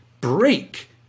break